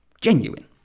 genuine